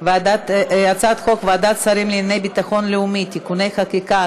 ועדת שרים לענייני ביטחון לאומי (תיקוני חקיקה),